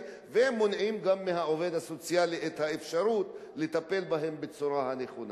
ומונעים גם מהעובד הסוציאלי את האפשרות לטפל בהם בצורה נכונה.